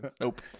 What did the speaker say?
Nope